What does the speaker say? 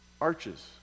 arches